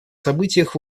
событиях